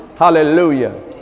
Hallelujah